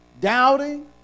doubting